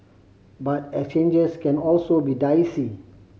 but exchanges can also be dicey